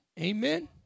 Amen